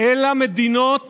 אלא מדינות